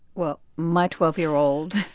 well, my twelve year old.